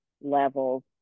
levels